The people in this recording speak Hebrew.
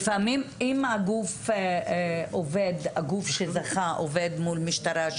לפעמים אם הגוף שזכה עובד מול משטרה,